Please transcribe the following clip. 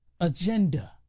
agenda